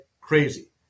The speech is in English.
crazy